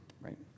right